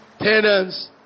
tenants